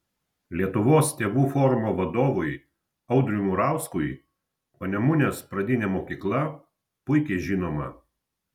lietuvos tėvų forumo vadovui audriui murauskui panemunės pradinė mokykla puikiai žinoma